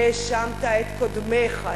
האשמת את קודמיך,